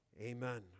Amen